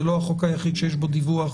זה לא החוק היחיד שיש בו דיווח